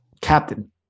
captain